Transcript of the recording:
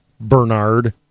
Bernard